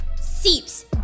seeps